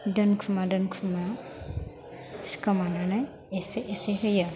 दोनखुमा दोनखुमा सिखोमानानै एसे एसे होयो